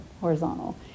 horizontal